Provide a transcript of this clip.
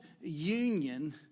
union